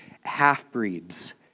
half-breeds